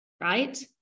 right